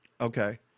Okay